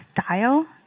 style